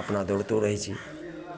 अपना दौड़तो रहै छी